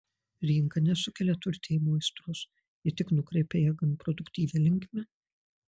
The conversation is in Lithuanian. rinka nesukelia turtėjimo aistros ji tik nukreipia ją gan produktyvia linkme